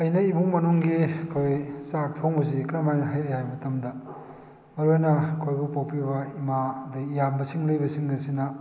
ꯑꯩꯅ ꯏꯃꯨꯡ ꯃꯅꯨꯡꯒꯤ ꯑꯩꯈꯣꯏ ꯆꯥꯛ ꯊꯣꯡꯕꯁꯤ ꯀꯔꯝ ꯍꯥꯏꯅ ꯍꯩꯔꯛꯑꯦ ꯍꯥꯏꯕ ꯃꯇꯝꯗ ꯃꯔꯨ ꯑꯣꯏꯅ ꯑꯩꯈꯣꯏꯕꯨ ꯄꯣꯛꯄꯤꯕ ꯏꯃꯥ ꯑꯗꯩ ꯏꯌꯥꯝꯕꯁꯤꯡ ꯂꯩꯕꯁꯤꯡ ꯑꯁꯤꯅ